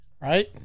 right